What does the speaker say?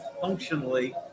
functionally